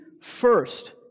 first